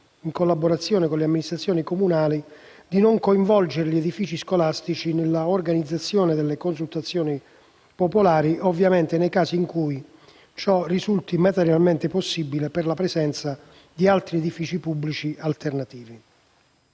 da parte delle Amministrazioni comunali, di non coinvolgere gli edifici scolastici nell'organizzazione delle consultazioni popolari, ovviamente nei casi in cui ciò risulti materialmente possibile per la presenza di edifici pubblici alternativi.